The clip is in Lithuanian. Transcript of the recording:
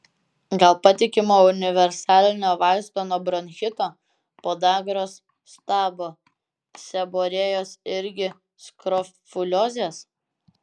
gal patikimo universalinio vaisto nuo bronchito podagros stabo seborėjos irgi skrofuliozės